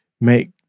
make